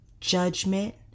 judgment